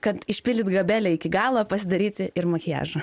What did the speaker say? kad išpildyt gabele iki galo pasidaryti ir makiažą